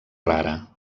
rara